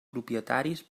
propietaris